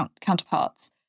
counterparts